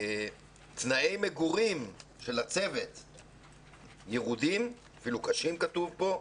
תנאי מגורים של הצוות ירודים, אפילו קשים כתוב פה.